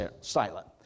silent